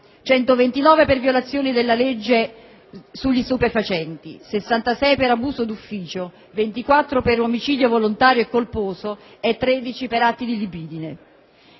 129 per violazione della legge sugli stupefacenti, 66 per abuso d'ufficio, 24 per omicidio volontario e colposo e 13 per atti di libidine.